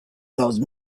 those